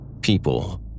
people